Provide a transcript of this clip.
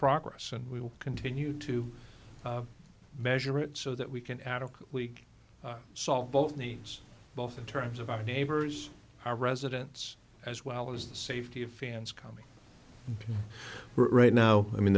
progress and we will continue to measure it so that we can add a week saw both needs both in terms of our neighbors our residents as well as the safety of fans coming right now i mean